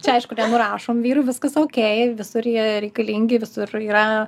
čia aišku nenurašom vyrų viskas okei visur jie reikalingi visur yra